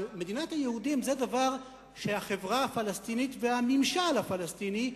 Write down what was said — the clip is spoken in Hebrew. אבל מדינת היהודים זה דבר שהחברה הפלסטינית והממשל הפלסטיני,